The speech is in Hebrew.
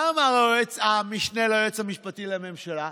מה אמר המשנה ליועץ המשפטי לממשלה?